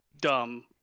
dumb